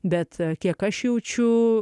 bet kiek aš jaučiu